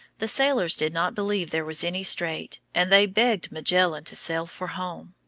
the sailors did not believe there was any strait, and they begged magellan to sail for home.